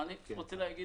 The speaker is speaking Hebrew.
אני רוצה להגיד,